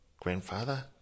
grandfather